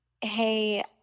Hey